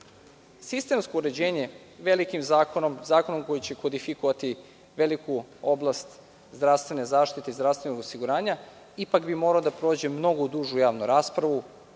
odmah. Sistemsko uređenje velikim zakonom, zakonom koji će kodifikovati veliku oblast zdravstvene zaštite i zdravstvenog osiguranja, ipak bi morao da prođe mnogo dužu javnu raspravu.